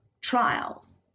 trials